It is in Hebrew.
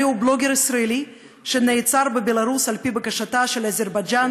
הרי הוא בלוגר ישראלי שנעצר בבלארוס על-פי בקשתה של אזרבייג'ן